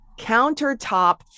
countertop